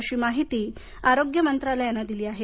अशी माहिती आरोग्य मंत्रालयानं दिली आहे